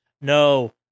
No